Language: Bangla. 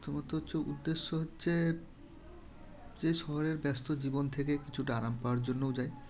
তবু তো হচ্ছে উদ্দেশ্য হচ্ছে যে শহরের ব্যস্ত জীবন থেকে কিছুটা আরাম পাওয়ার জন্যও যাই